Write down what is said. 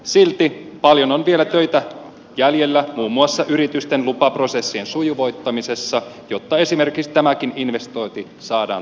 silti paljon on vielä töitä jäljellä muun muassa yritysten lupaprosessien sujuvoittamisessa jotta esimerkiksi tämäkin investointi saadaan toteutettua